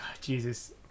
Jesus